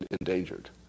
endangered